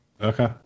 Okay